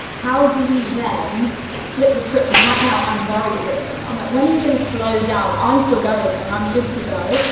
how do you then flip the script? cause right now i'm worried for them. i'm like, when are you gonna slow down? i'm still going and i'm good to go.